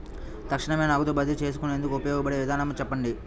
తక్షణమే నగదు బదిలీ చేసుకునేందుకు ఉపయోగపడే విధానము చెప్పండి?